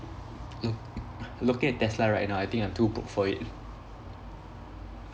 look looking at tesla right now I think I'm too broke for it